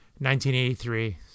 1983